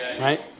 Right